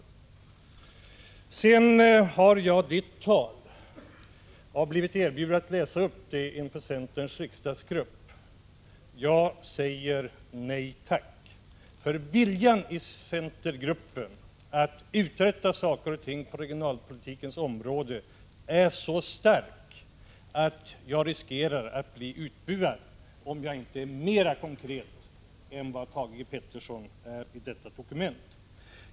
Jag har här manuskriptet till Thage Petersons tal. Jag har blivit erbjuden att läsa upp det inför centerns riksdagsgrupp. Men jag säger nej tack. Centergruppens vilja att uträtta saker och ting på regionalpolitikens område är nämligen så stark, att jag riskerar att bli utbuad om jag inte är mera konkret än vad Thage Peterson är i detta dokument.